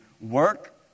work